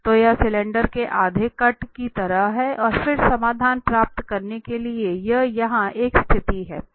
तो यह सिलेंडर के आधे कट की तरह है और फिर समाधान प्राप्त करने के लिए यह यहां एक स्थिति है